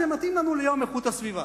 זה מתאים לנו ליום איכות הסביבה.